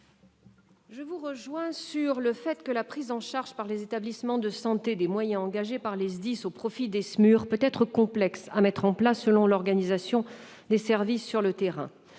Je vous rejoins sur le fait que la prise en charge par les établissements de santé des moyens engagés par les SDIS au profit des SMUR peut être complexe à mettre en place selon l'organisation des services sur le terrain.